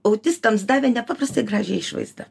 autistams davė nepaprastai gražią išvaizdą